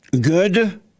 Good